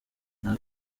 nta